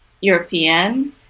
European